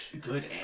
Good